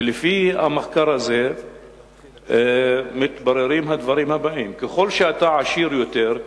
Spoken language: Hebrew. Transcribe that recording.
שלפי המחקר הזה מתבררים הדברים הבאים: ככל שאתה עשיר יותר,